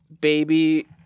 baby